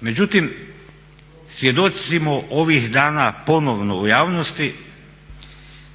Međutim, svjedoci smo ovih dana ponovno u javnosti